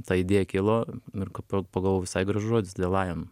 ta idėja kilo ir k po pagalvojau visai gražus žodis the lion